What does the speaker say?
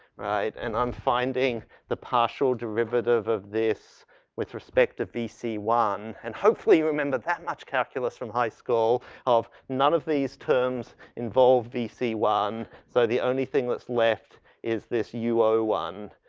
right, and i'm finding the partial derivative of this with respect to v c one, and hopefully remember that much calculus from high school of none of these terms involve v c one. so, the only thing that's left is this u o one,